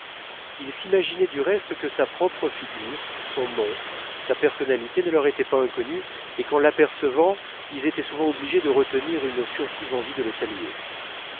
il s'imaginait du reste que sa propre figure son nom sa personnalité ne leur étaient pas inconnus et qu'en les apercevant ils étaient souvent obligés de retenir une furtive envie de le saluer